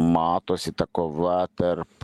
matosi ta kova tarp